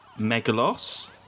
Megalos